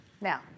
Now